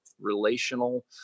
relational